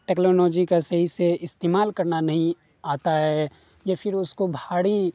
ٹیکلانوجی کا سہی سے استعمال کرنا نہیں آتا ہے یا پھر اس کو بھاری